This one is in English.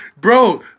bro